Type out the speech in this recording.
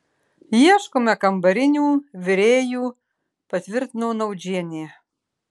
ieškome kambarinių virėjų patvirtino naudžienė